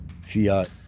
fiat